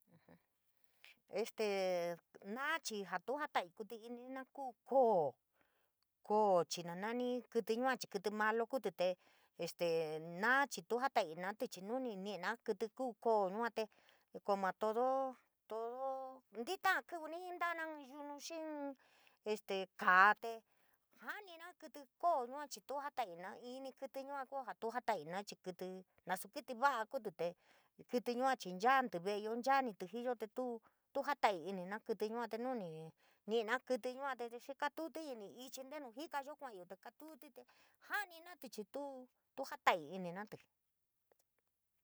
estee naa chii jaa tuu jatai kuítí inina kuu koo, koo chii na nani kítí yua chii kítí malo kuutí, tee este naa chii tuu jataiininatí chii nu ni ñina kítí kuu koo, yua te como todo todo ntíta'a kívíni inta'ana inn yunu, xii inn este kaa tee janinatí kítí kuu koo, yua chii tuu jatainina, inni kítí yua, kuu jaa tuu jatainina chii kítí, nasuu kítí va'a kuutí te kítí yua chii, chantí ve'eyo, chaantí jiyo te tuu jata'ainina kítí yua, tee nuu ni ñi'na kítí yua te, xii katutí ini ichi ntenu jikayo kua'anyo, kaatuutí tee ja'anina, tuu tu jataininatí.